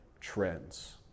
trends